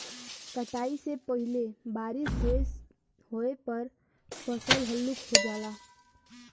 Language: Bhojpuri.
कटाई से पहिले बारिस होये पर फसल हल्लुक हो जाला